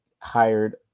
hired